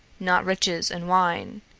not riches and wine.